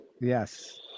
Yes